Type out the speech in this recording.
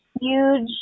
huge